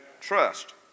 trust